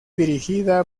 dirigida